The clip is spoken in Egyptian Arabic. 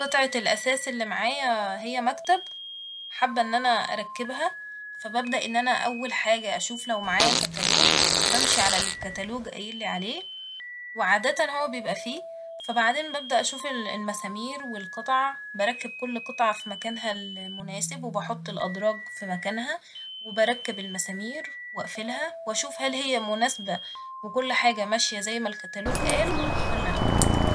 قطعة الأثاث اللي معايا هي مكتب ، حابه إن أنا أركبها ، فببدأ إن أنا أول حاجة أشوف لو معايا كتالوج ، بمشي على اللي الكتالوج قايلي عليه وعادة هو بيبقى فيه فبعدين ببدأ أشوف المسامير والقطع ، بركب كل قطعة في مكانها المناسب وبحط الأدراج في مكانها ، وبركب المسامير وأقفلها وأِشوف هل هي مناسبة وكل حاجة ماشية زي ما الكتالوج قال ولا لأ